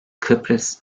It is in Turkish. kıbrıs